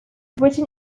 written